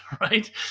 right